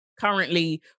currently